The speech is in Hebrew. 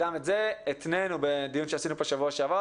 גם את זה התנינו בדיון שעשינו פה בשבוע שעבר,